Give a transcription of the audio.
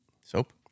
Soap